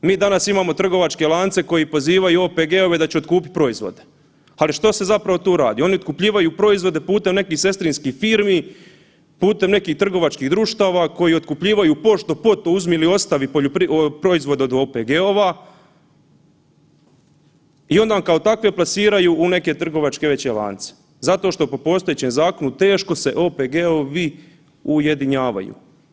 Mi danas imamo trgovačke lance koji pozivaju OPG-ove da će otkupiti proizvode, ali što se zapravo tu radi, oni otkupljivaju proizvode putem nekih sestrinskih firmi, putem nekih trgovačkih društava koji otkupljivaju pošto po to, uzmi ili ostavi proizvode od OPG-ova i onda kao takve plasiraju u neke veće trgovačke lance zato što po postojećem zakonu teško se OPG-ovi ujedinjavanju.